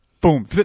Boom